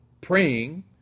praying